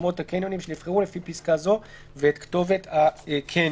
שמות הקניונים שנבחרו לפי פסקה זו ואת הכתובת הקניון.